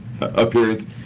appearance